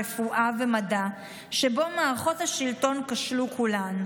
רפואה ומדע שבו מערכות השלטון כשלו כולן,